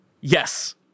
Yes